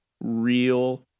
real